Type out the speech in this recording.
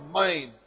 mind